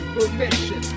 Permission